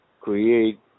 create